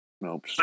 Nope